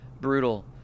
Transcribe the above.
Brutal